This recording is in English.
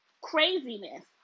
craziness